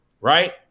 Right